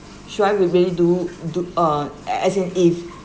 should I rea~ really do do uh as in if